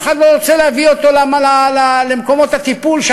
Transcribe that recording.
אף אחד לא רוצה להביא אותו למקומות הטיפול.